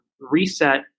reset